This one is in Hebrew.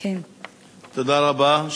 תודה רבה.